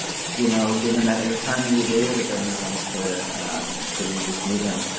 you know, given that airtime, maybe they would have been the ones to um to lead this movement.